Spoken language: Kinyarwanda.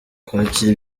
kwakira